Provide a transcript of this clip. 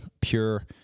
pure